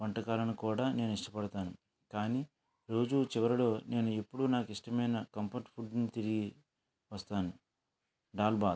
వంటకాలను కూడా నేను ఇష్టపడతాను కానీ రోజు చివరలో నేను ఎప్పుడూ నాకు ఇష్టమైన కంఫర్టబుల్ ఫుడ్ తిని వస్తాను దాల్ బాత్